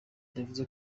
bavuze